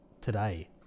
Today